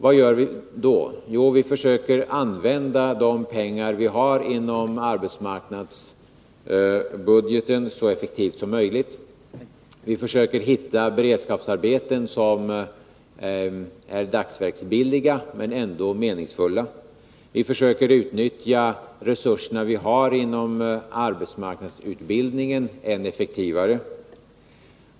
Vad gör vi då? Jo, vi försöker använda de pengar vi har inom arbetsmarknadsbudgeten så effektivt som möjligt. Vi försöker hitta beredskapsarbeten som är dagsverksbilliga men ändå meningsfulla. Vi försöker utnyttja de resurser vi har inom arbetsmarknadsutbildningen än effektivare.